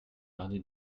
mardi